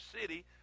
city